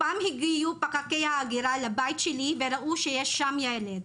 פעם הגיעו פקחי ההגירה אל הבית שלי וראו שיש שם ילד,